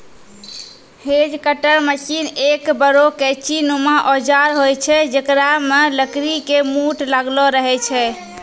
hedge cutter machine एक बड़ो कैंची नुमा औजार होय छै जेकरा मॅ लकड़ी के मूठ लागलो रहै छै